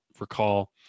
Recall